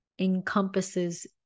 encompasses